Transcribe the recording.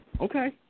Okay